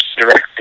directly